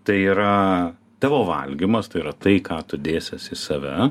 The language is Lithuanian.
tai yra tavo valgymas tai yra tai ką tu dėsies save